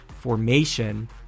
formation